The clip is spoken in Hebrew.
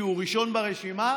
כי הוא ראשון ברשימה,